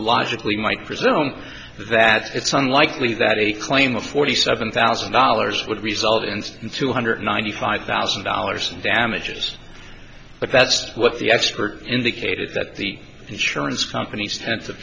logically might presume that it's unlikely that a claim of forty seven thousand dollars would result in some two hundred ninety five thousand dollars damages but that's what the expert indicated that the insurance companies ten